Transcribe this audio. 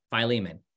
Philemon